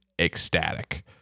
ecstatic